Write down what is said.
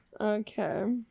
Okay